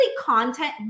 content